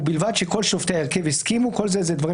ובלבד שכל שופטי ההרכב הסכימו" כל זה דברים